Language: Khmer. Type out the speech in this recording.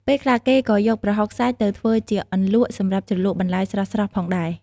ពេលខ្លះគេក៏យកប្រហុកសាច់ទៅធ្វើជា អន្លក់ សម្រាប់ជ្រលក់បន្លែស្រស់ៗផងដែរ។